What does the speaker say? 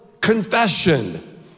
confession